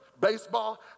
baseball